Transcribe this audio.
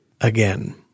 Again